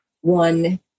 one